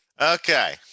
okay